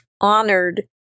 honored